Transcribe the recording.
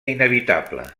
inevitable